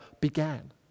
began